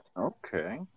Okay